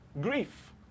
Grief